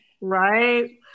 Right